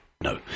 No